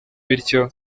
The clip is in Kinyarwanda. bityo